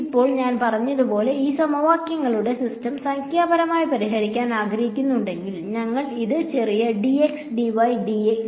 ഇപ്പോൾ ഞാൻ പറഞ്ഞതുപോലെ ഈ സമവാക്യങ്ങളുടെ സിസ്റ്റം സംഖ്യാപരമായി പരിഹരിക്കാൻ ആഗ്രഹിക്കുന്നുവെങ്കിൽ ഞങ്ങൾ ഇത് ചെറിയ dx dy dz dt ആയി മുറിക്കണം